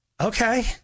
Okay